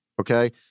Okay